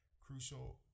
crucial